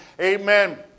Amen